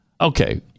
Okay